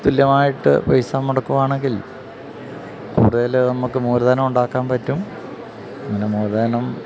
തുല്യമായിട്ട് പൈസ മുടക്കുകയാണെങ്കിൽ കൂടുതല് നമുക്ക് മൂലധനമുണ്ടാക്കാൻ പറ്റും പിന്നെ മൂലധനം